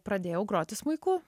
pradėjau groti smuiku